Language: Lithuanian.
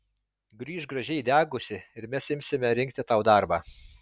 grįžk gražiai įdegusi ir mes imsime rinkti tau darbą